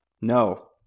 No